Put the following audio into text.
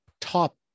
top